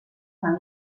una